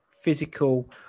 physical